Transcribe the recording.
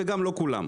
וגם לא כולם.